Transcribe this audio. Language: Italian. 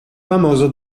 famoso